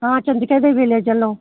हाँ चंडिका देवी ले चलो